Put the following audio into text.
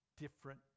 different